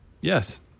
Yes